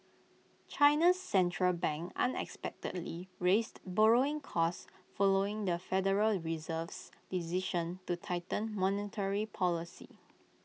China's Central Bank unexpectedly raised borrowing costs following the federal Reserve's decision to tighten monetary policy